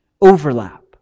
overlap